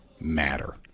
matter